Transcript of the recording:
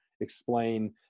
explain